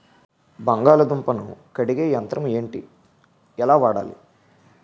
బంగాళదుంప ను కడిగే యంత్రం ఏంటి? ఎలా వాడాలి?